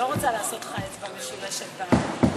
לא רוצה לעשות לך אצבע משולשת במליאה,